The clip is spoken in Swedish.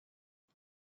vad